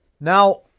Now